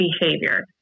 behavior